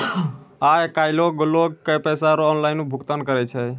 आय काइल लोग सनी पैसा रो ऑनलाइन भुगतान करै छै